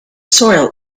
soil